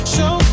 Show